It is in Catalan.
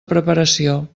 preparació